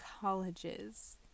colleges